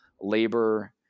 labor